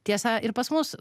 tiesa ir pas mus